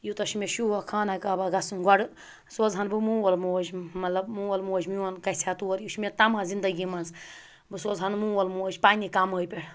یوٗتاہ چھِ مےٚ شوق خانہ کعبہ گژھُن گۄڈٕ سوزہَن بہٕ مول موج مطلب مول موج میون گژھِ ہا تور یہِ چھِ مےٚ تَماہ زِندگی منٛز بہٕ سوزہَن مول موج پنٛنہِ کَمٲے پٮ۪ٹھ